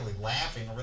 laughing